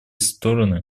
стороны